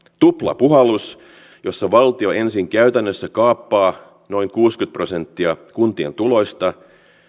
tuplapuhallus jossa valtio ensin käytännössä kaappaa noin kuusikymmentä prosenttia kuntien tuloista